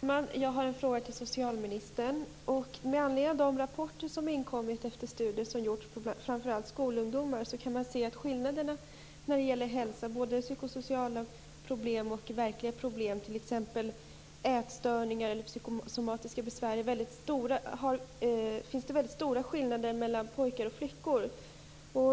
Fru talman! Jag har en fråga till socialministern med anledning av de rapporter som inkommit efter studier som gjorts framför allt bland skolungdomar. Man kan se att skillnaderna när det gäller hälsa - både psykosociala problem och konkreta problem, t.ex. ätstörningar och psykosomatiska besvär - är väldigt stora mellan pojkar och flickor.